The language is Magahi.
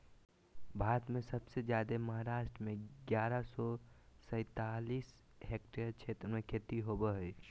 भारत में सबसे जादे महाराष्ट्र में ग्यारह सौ सैंतालीस हेक्टेयर क्षेत्र में खेती होवअ हई